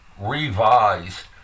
revised